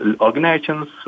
organizations